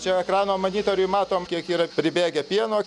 čia ekrano monitoriuj matom kiek yra pribėgę pieno